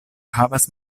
havas